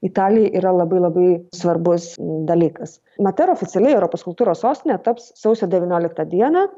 italijai yra labai labai svarbus dalykas matera oficialiai europos kultūros sostine taps sausio devynioliktą dieną